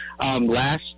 Last